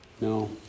No